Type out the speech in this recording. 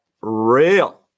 real